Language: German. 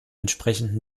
entsprechenden